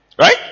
right